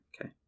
Okay